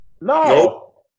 No